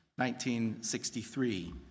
1963